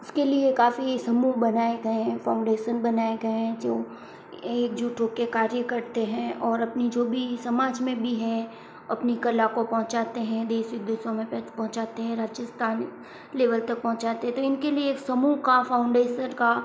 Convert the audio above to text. उसके लिए काफ़ी समूह बनाए गए हैं फ़ॉउंडेशन बनाए गए हैं जो एकजुट होके कार्य करते हैं और अपनी जो भी समाज में भी हैं अपनी कला को पहुंचाते हैं देश विदेशों में पहुंचाते हैं राजस्थान लेवल तक पहुंचाते हैं तो इनके लिए एक समूह का फ़ॉउंडेशन का